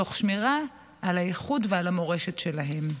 תוך שמירה על הייחוד ועל המורשת שלהם.